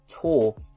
tool